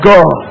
God